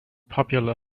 popular